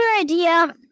idea